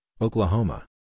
Oklahoma